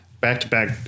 back-to-back